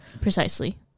precisely